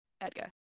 Edgar